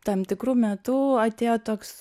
tam tikru metu atėjo toks